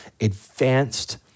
advanced